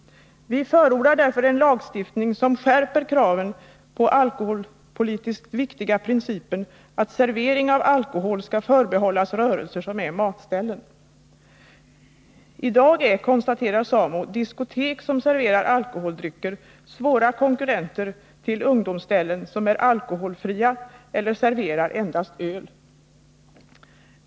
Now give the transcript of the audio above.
Vi förordar därför en lagstiftning som skärper kravet på den alkoholpolitiskt viktiga principen, att servering av alkohol skall förbehållas rörelser som är 'matställen. I dag är, konstaterar SAMO, diskotek som serverar alkoholdrycker svåra konkurrenter till ungdomsställen som är alkoholfria eller serverar endast öl.